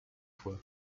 fois